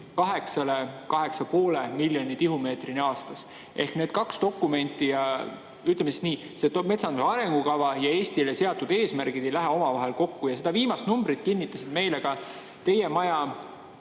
hinnanguliselt 8–8,5 miljoni tihumeetrini aastas. Ehk need kaks dokumenti, ütleme siis nii, metsanduse arengukava ja Eestile seatud eesmärgid ei lähe omavahel kokku. Seda viimast numbrit kinnitasid meile teie maja